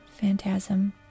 phantasm